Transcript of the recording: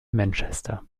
manchester